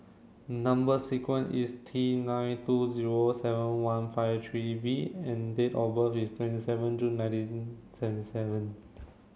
number sequence is T nine two zero seven one five three V and date of birth is twenty seven June nineteen seventy seven